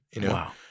Wow